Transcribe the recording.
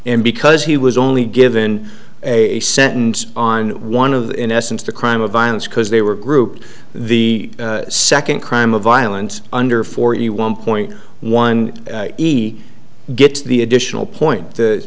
and because he was only given a sentence on one of in essence the crime of violence because they were grouped the second crime of violence under forty one point one easy gets the additional point t